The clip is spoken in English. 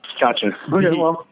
Gotcha